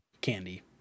Candy